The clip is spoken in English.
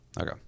okay